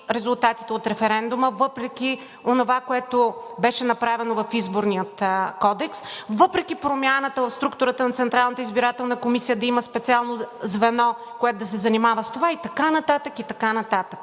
резултатите от референдума, въпреки онова, което беше направено в Изборния кодекс, въпреки промяната в структурата на Централната избирателна комисия да има специално звено, което да се занимава с това, и така нататък, и така нататък.